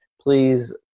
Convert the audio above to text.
please